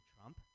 Trump